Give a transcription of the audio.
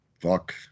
Fuck